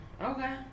Okay